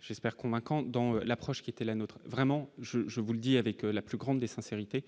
j'espère convaincante dans l'approche qui était la nôtre, vraiment je, je vous le dis avec la plus grande des sincérité,